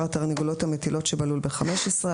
התרנגולות המטילות שבלול בחמש עשרה.